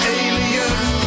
aliens